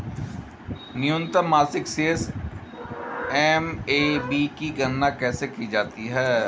न्यूनतम मासिक शेष एम.ए.बी की गणना कैसे की जाती है?